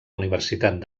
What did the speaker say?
universitat